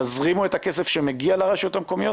תזרימו את הכסף שמגיע לרשויות המקומיות,